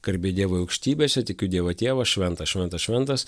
garbė dievui aukštybėse tikiu dievą tėvą šventas šventas šventas